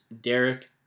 Derek